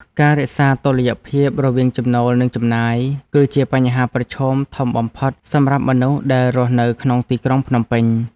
ការរក្សាតុល្យភាពរវាងចំណូលនិងចំណាយ គឺជាបញ្ហាប្រឈមធំបំផុតសម្រាប់មនុស្សដែលរស់នៅក្នុងទីក្រុងភ្នំពេញ។